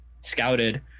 scouted